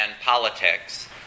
politics